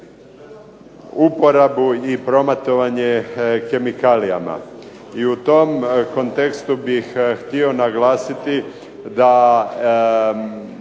uporabu i prometovanje kemikalijama. I u tom kontekstu bih htio naglasiti da